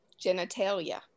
genitalia